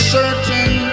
certain